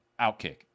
Outkick